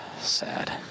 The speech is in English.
Sad